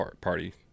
Party